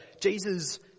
Jesus